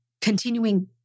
continuing